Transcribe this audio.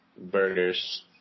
burgers